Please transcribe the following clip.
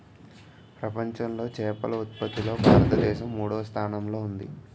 ప్రపంచంలో చేపల ఉత్పత్తిలో భారతదేశం మూడవ స్థానంలో ఉంది